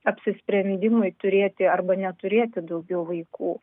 apsisprendimui turėti arba neturėti daugiau vaikų